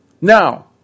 Now